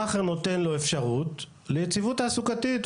המאכער נותן לו אפשרות ליציבות תעסוקתית,